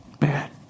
Man